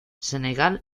senegal